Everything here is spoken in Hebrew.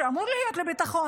שאמור להיות לביטחון,